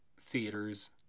theaters